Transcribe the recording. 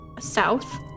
south